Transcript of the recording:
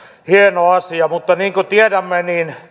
hieno asia mutta niin kuin tiedämme